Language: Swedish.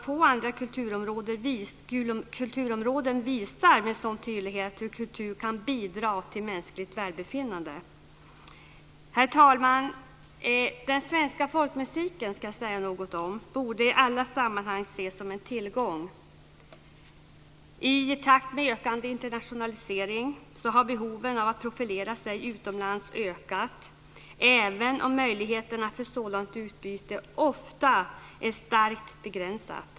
Få andra kulturområden visar med så stor tydlighet hur kultur kan bidra till mänskligt välbefinnande. Herr talman! Jag ska säga något om den svenska folkmusiken. Den borde i alla sammanhang ses som en tillgång. I takt med ökande internationalisering har behovet av att profilera sig utomlands ökat, även om möjligheterna för sådant utbyte ofta är starkt begränsat.